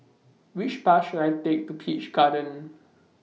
Which Bus should I Take to Peach Garden